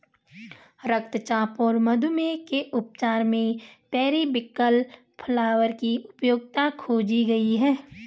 रक्तचाप और मधुमेह के उपचार में पेरीविंकल फ्लावर की उपयोगिता खोजी गई है